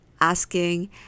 asking